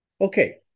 Okay